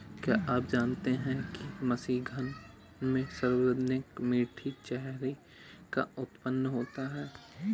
क्या आप जानते हैं कि मिशिगन में सर्वाधिक मीठी चेरी का उत्पादन होता है?